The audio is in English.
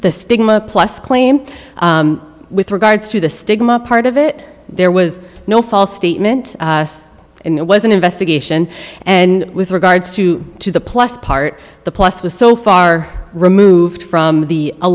the stigma plus claim with regards to the stigma part of it there was no false statement it was an investigation and with regards to to the plus part the plus was so far removed from the